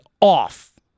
off